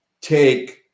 take